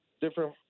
different